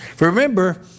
remember